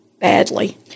badly